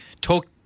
talk